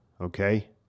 Okay